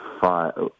five